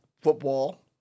football